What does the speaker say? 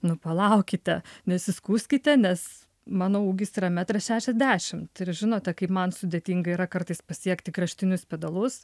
nu palaukite nesiskųskite nes mano ūgis yra metras šešiasdešimt ir žinote kaip man sudėtinga yra kartais pasiekti kraštinius pedalus